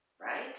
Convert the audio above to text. right